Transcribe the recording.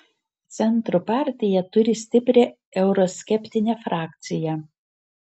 centro partija turi stiprią euroskeptinę frakciją